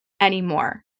anymore